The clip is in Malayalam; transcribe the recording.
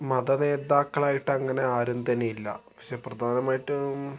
മതനേതാക്കൾ ആയിട്ട് അങ്ങനെ ആരും തന്നെ ഇല്ല പക്ഷെ പ്രധാനമായിട്ടും